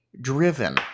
driven